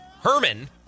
Herman